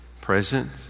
present